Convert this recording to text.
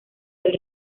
del